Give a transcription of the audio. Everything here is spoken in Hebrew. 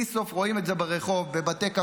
רואים את זה בלי סוף ברחוב, בבתי הקפה.